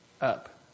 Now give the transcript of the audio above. up